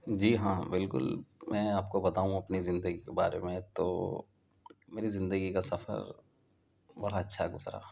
جی ہاں بالکل میں آپ کو بتاؤں اپنی زندگی کے بارے میں تو میری زندگی کا سفر بڑا اچھا گزرا